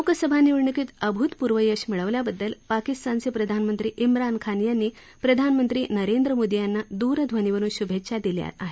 लोकसभा निवडणुकीत अभूतपूर्व यश मिळवल्याबद्दल पाकिस्तानचे प्रधानमंत्री इमरान खान यांनी प्रधानमंत्री नरेंद्र मोदी यांना दूरध्वनीवरुन शुभेच्छ दिल्या आहेत